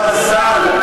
מזל,